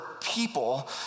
people